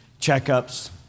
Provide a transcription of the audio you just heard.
Checkups